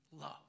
Love